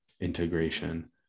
integration